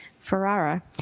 Ferrara